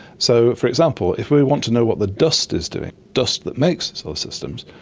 so, for example, if we want to know what the dust is doing, dust that makes solar systems,